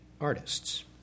artists